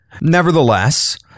Nevertheless